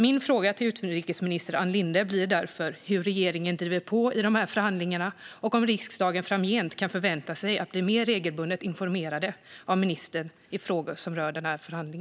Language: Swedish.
Min fråga till utrikesminister Ann Linde blir därför följande: Hur driver regeringen på i förhandlingarna, och kan riksdagen framgent förvänta sig att mer regelbundet bli informerad av ministern i frågor som rör denna förhandling?